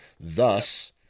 Thus